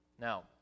Now